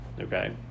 Okay